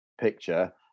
picture